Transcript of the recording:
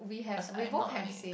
cause I'm not earning